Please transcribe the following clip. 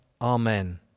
Amen